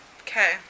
Okay